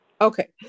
Okay